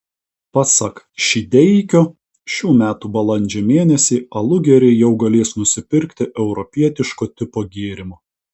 pasak šydeikio šių metų balandžio mėnesį alugeriai jau galės nusipirkti europietiško tipo gėrimo